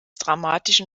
dramatischen